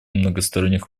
многосторонних